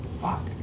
Fuck